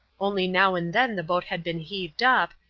only now and then the boat had been heaved up,